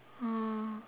oh